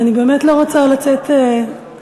אני באמת לא רוצה לצאת צדקנית,